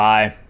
Bye